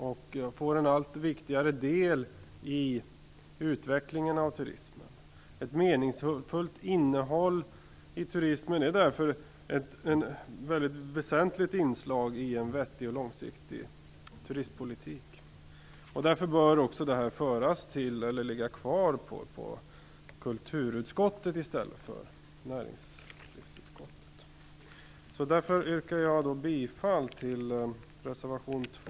De utgör en allt viktigare del i utvecklingen av turismen. Ett meningsfullt innehåll i turismen är därför ett mycket väsentligt inslag i en vettig och långsiktig turistpolitik. Därför bör turistfrågorna ligga kvar i kulturutskottet i stället för att föras över till näringsutskottet. Därför yrkar jag bifall till reservation 2.